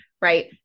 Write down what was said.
Right